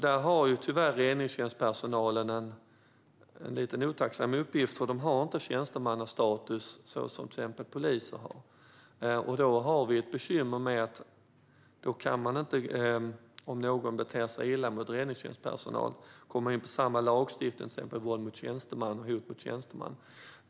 Där har tyvärr räddningstjänstpersonalen en lite otacksam uppgift, för de har inte tjänstemannastatus som till exempel poliser har. Då blir det bekymmer när någon beter sig illa mot räddningstjänstpersonal, för man kan inte komma in på lagstiftningen om våld eller hot mot tjänsteman.